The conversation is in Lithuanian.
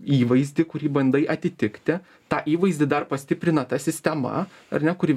įvaizdį kurį bandai atitikti tą įvaizdį dar pastiprina ta sistema ar ne kuri